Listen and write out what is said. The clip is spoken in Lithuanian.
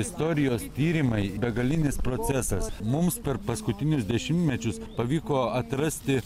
istorijos tyrimai begalinis procesas mums per paskutinius dešimtmečius pavyko atrasti